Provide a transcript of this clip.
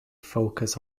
focus